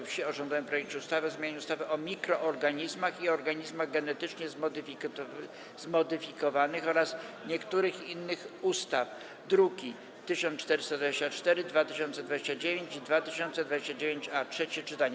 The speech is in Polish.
Wsi o rządowym projekcie ustawy o zmianie ustawy o mikroorganizmach i organizmach genetycznie zmodyfikowanych oraz niektórych innych ustaw (druki nr 1424, 2029 i 2029-A) - trzecie czytanie.